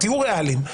תהיו ריאליים.